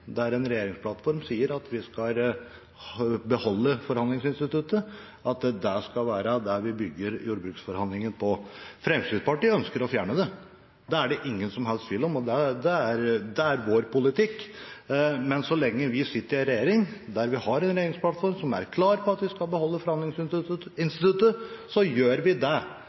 der. Fremskrittspartiet sitter i en regjering der regjeringsplattformen sier at vi skal beholde forhandlingsinstituttet, og at det skal være det vi bygger jordbruksforhandlingene på. Fremskrittspartiet ønsker å fjerne det – det er det ingen som helst tvil om. Det er vår politikk. Men så lenge vi sitter i en regjering som har en regjeringsplattform som er klar på at vi skal beholde forhandlingsinstituttet, gjør vi det.